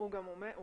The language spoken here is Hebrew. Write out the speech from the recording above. הוא גם אמר